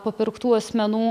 papirktų asmenų